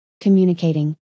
communicating